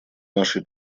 нашей